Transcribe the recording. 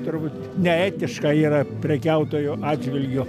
turbūt neetiška yra prekiautojų atžvilgiu